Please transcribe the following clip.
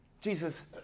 Jesus